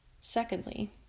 Secondly